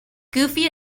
goofy